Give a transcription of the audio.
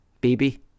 Baby